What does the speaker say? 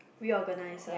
reorganize ah